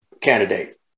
candidate